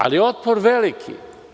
Ali, otpor je veliki.